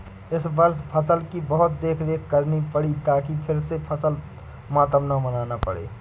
इस वर्ष फसल की बहुत देखरेख करनी पड़ी ताकि फिर से फसल मातम न मनाना पड़े